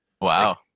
wow